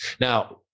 Now